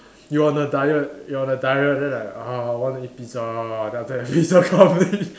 you're on a diet you're on a diet then I uh I want to eat pizza then after that pizza come then